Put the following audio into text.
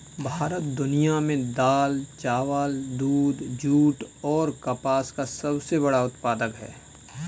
भारत दुनिया में दाल, चावल, दूध, जूट और कपास का सबसे बड़ा उत्पादक है